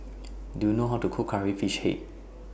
Do YOU know How to Cook Curry Fish Head